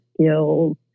skills